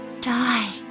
die